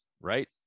Right